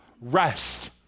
rest